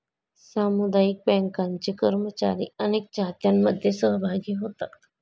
सामुदायिक बँकांचे कर्मचारी अनेक चाहत्यांमध्ये सहभागी होतात